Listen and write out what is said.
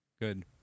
Good